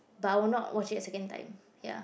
but I would not watching a second time ya